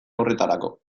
horretarako